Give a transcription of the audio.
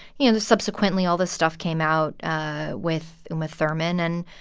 you know, subsequently, all this stuff came out with uma thurman. and,